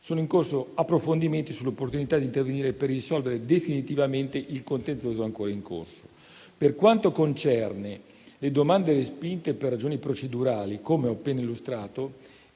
sono in corso approfondimenti sull'opportunità di intervenire per risolvere definitivamente il contenzioso ancora in corso. Per quanto concerne le domande respinte per ragioni procedurali, come ho appena illustrato,